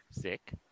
sick